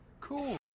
cool